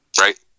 right